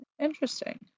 Interesting